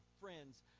friends